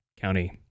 county